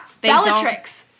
Bellatrix